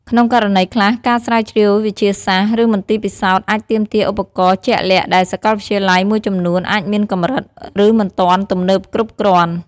ក្នុងករណីខ្លះ ការស្រាវជ្រាវវិទ្យាសាស្ត្រ ឬមន្ទីរពិសោធន៍អាចទាមទារឧបករណ៍ជាក់លាក់ ដែលសាកលវិទ្យាល័យមួយចំនួនអាចមានកម្រិត ឬមិនទាន់ទំនើបគ្រប់គ្រាន់។